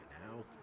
now